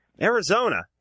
Arizona